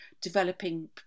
developing